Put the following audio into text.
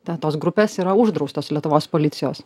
ten tos grupės yra uždraustos lietuvos policijos